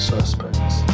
Suspects